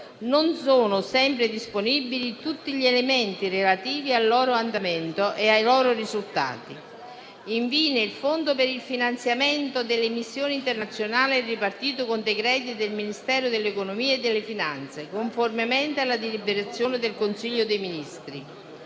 non sono sempre disponibili tutti gli elementi relativi a loro andamento e ai loro risultati. Infine, il Fondo per il finanziamento delle missioni internazionali è ripartito con decreto del Ministero dell'economia e delle finanze, conformemente alla deliberazione del Consiglio dei ministri.